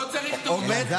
לא צריך תעודות.